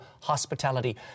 hospitality